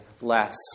less